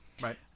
Right